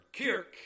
kirk